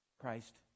Christ